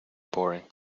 boring